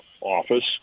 office